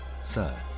Sir